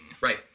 Right